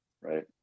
right